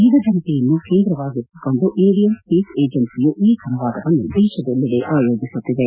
ಯುವ ಜನತೆಯನ್ನು ಕೇಂದ್ರವಾಗಿಸಿಕೊಂಡು ಇಂಡಿಯನ್ ಸ್ಲೇಸ್ ಏಜೆನ್ನಿಯು ಈ ಸಂವಾದವನ್ನು ದೇಶದಲ್ಲೆಡೆ ಆಯೋಜಿಸುತ್ತಿದೆ